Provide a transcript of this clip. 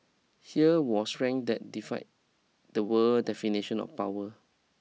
here was strength that defied the world definition of power